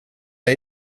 jag